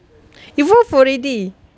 evolved already